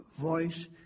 voice